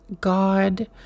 God